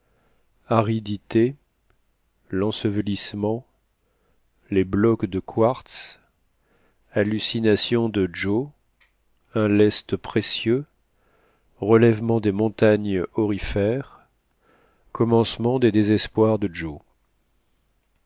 aridité l'ensevelissement les blocs de quartz hallucination de joe un lest précieux relèvement des montagnes aurifères commencement des désespoirs de joe